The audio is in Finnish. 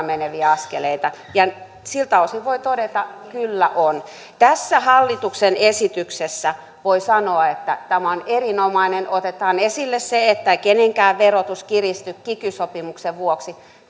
meneviä askeleita siltä osin voi todeta kyllä ovat tässä hallituksen esityksessä voi sanoa että tämä on erinomainen otetaan esille se että kenenkään verotus ei kiristy kiky sopimuksen vuoksi